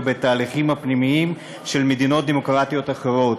בתהליכים הפנימיים של מדינות דמוקרטיות אחרות.